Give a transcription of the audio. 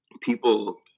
people